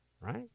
right